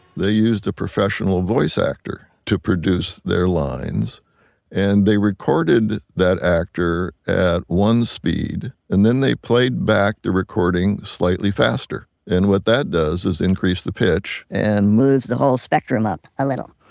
they used a professional voice actor to produce their lines and they recorded that actor at one speed. and then they played back the recording slightly faster. and what that does is increase the pitch, and moves the whole spectrum up a little.